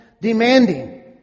demanding